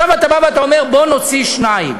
עכשיו אתה בא ואתה אומר: בוא נוציא שניים,